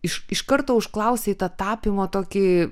iš iš karto užklausei tą tapymo tokį